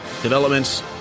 developments